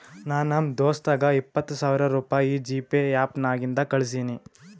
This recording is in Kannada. ನಾ ನಮ್ ದೋಸ್ತಗ ಇಪ್ಪತ್ ಸಾವಿರ ರುಪಾಯಿ ಜಿಪೇ ಆ್ಯಪ್ ನಾಗಿಂದೆ ಕಳುಸಿನಿ